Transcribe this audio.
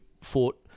fought